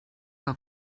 que